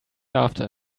after